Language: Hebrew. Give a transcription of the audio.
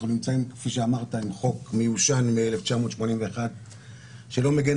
אנחנו נמצאים כפי שאמרת עם חוק מיושן מ-1981 שלא מגן